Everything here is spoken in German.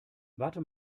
warte